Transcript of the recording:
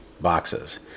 boxes